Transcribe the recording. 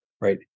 right